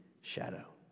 shadow